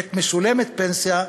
עת משולמת פנסיה,